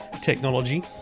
technology